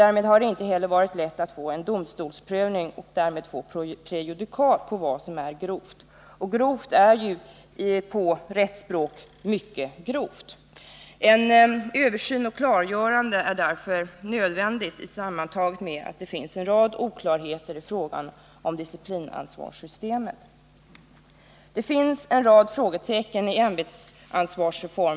Därför har det inte heller varit lätt att få en domstolsprövning och därmed få prejudikat på vad som är grovt, och grovt är ju på rättsspråk mycket grovt. Därför är det nödvändigt med en översyn och ett klargörande. Det finns en rad oklarheter i fråga om disciplinansvarssystemet. Ämbetsansvarsreformen ger anledning till åtskilliga frågetecken.